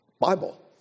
Bible